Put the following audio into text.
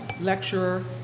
lecturer